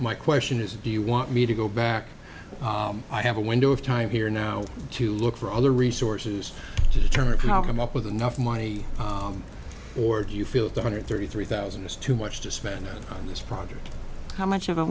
my question is do you want me to go back i have a window of time here now to look for other resources to determine how come up with enough money or do you feel two hundred thirty three thousand is too much to spend on this project how much of a